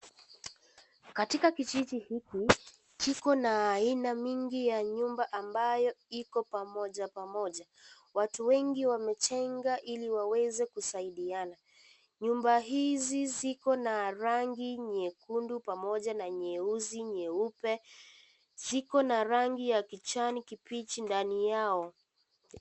Katika kijiji hiki kiko na aina nyingi ya nyumba ambayo iko pamoja pamoja watu wengi wamejenga ili waweze kusaidiana nyumba hizi ziko na rangi nyekundu pamoja na nyeusi nyeupe ziko na rangi ya kijani kibichi ndani yao.